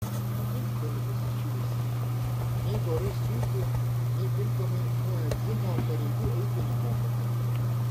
pusgalvis jūs nei dorai siūti nei tinkamai muedzino pareigų eiti nemokate